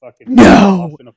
no